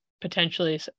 potentially